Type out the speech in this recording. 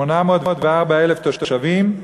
804,000 תושבים,